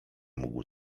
mógł